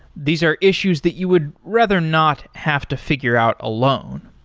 these are issues that you would rather not have to figure out alone.